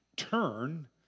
turn